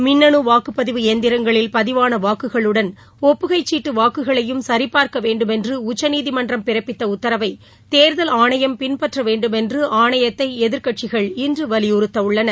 மின்னணு வாக்குப்பதிவு எந்திரங்களில் பதிவான வாக்குகளுடன் ஒப்புகைக் சீட்டு வாக்குகளையும் சரிபார்க்க வேண்டுமென்று உச்சநீதிமன்றம் பிறப்பித்த உத்தரவை தேர்தல் வேண்டுமென்று ஆணையத்தை எதிர்க்கட்சிகள் இன்று வலியுறுத்தவுள்ளன